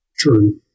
True